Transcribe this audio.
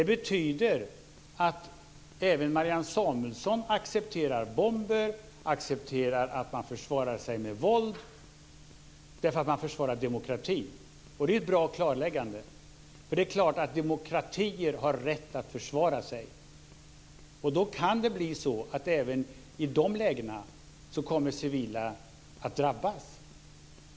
Det betyder att även Marianne Samuelsson accepterar bomber, accepterar att man försvarar sig med våld, därför att man försvarar demokratin. Och det är ett bra klarläggande. Det är klart att demokratier har rätt att försvara sig. Då kan det bli så att även i de lägena kommer civila att drabbas.